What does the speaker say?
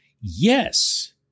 Yes